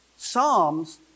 Psalms